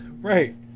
Right